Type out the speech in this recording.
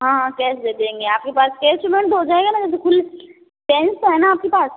हाँ हाँ कैश दे देंगे आपके पास कैश पेमेंट हो जाएगा न चेंज तो है न आपके पास